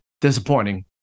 disappointing